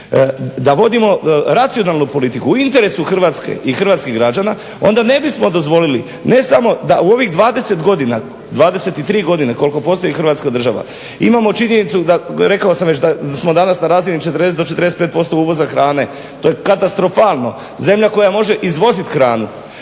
da vodimo racionalnu politiku u interesu Hrvatske i hrvatskih građana onda ne bismo dozvolili ne samo da u ovih 20 godina, 23 godine koliko postoji Hrvatska država imamo činjenicu rekao sam već da smo danas na razini 40 do 45% uvoza hrane. To je katastrofalno. Zemlja koja može izvozit hranu.